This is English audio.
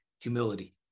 humility